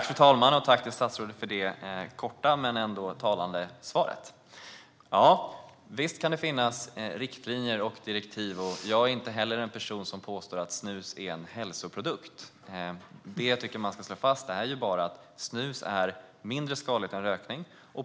Fru ålderspresident! Tack, statsrådet, för det korta men ändå talande svaret. Visst kan det finnas riktlinjer och direktiv, och jag är inte den som påstår att snus är en hälsoprodukt. Det jag tycker att man ska slå fast är bara att snus är mindre skadligt än rökning.